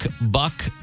Buck